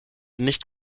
nicht